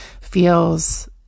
feels